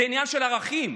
זה עניין של ערכים,